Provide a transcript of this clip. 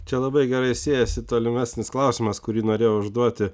čia labai gerai siejasi tolimesnis klausimas kurį norėjau užduoti